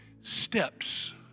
steps